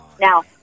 now